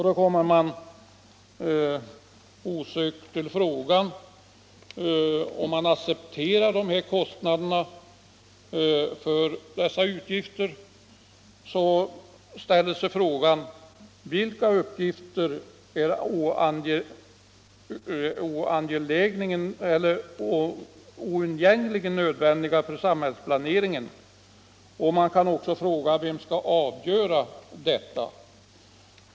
Då inställer sig osökt frågan: Vilka uppgifter är oundgängligen nödvändiga för samhällsplaneringen? Och vem skall avgöra detta?